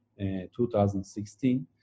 2016